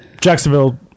Jacksonville